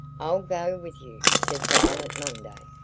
i'll go with you, said violet munday.